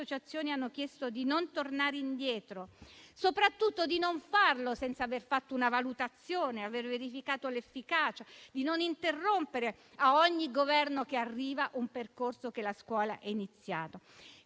hanno chiesto di non tornare indietro e, soprattutto, di non farlo senza aver fatto una valutazione e aver verificato l'efficacia, di non interrompere, a ogni Governo che arriva, un percorso che la scuola ha iniziato.